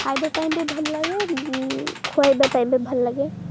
ଖାଇବା ପାଇଁ ବି ଭଲ ଲାଗେ ଖୁଆଇବା ପାଇଁ ବି ଭଲ ଲାଗେ